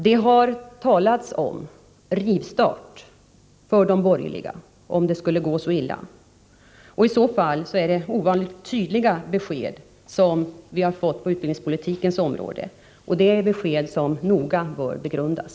Det har talats om rivstart för de borgerliga, om det skulle gå så illa att de vinner valet. Det är ovanligt tydliga besked som vi har fått om vad som i så fall kommer att hända på utbildningspolitikens område — besked som noga bör begrundas.